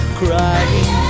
crying